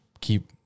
keep